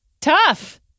tough